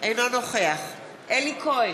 אינו נוכח אלי כהן,